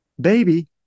Baby